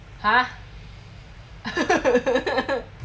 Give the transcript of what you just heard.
!huh!